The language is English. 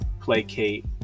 placate